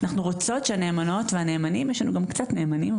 אנחנו רוצות שהנאמנות והנאמנים יש לנו גם קצת נאמנים,